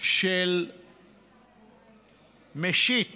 של משיט